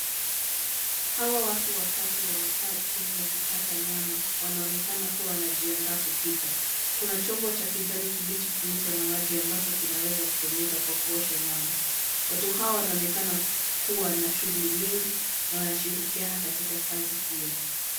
Hawa watu watatu wamekaa chini wakikata nyama. Wanaonekana kuwa wanajiandaa kupika. Kuna chombo cha kijani kibichi kilicho na maji ambacho kinaweza kutumika kwa kuosha nyama. Watu hawa wanaonekana kuwa na shughuli nyingi na wanashirikiana katika kazi hiyo.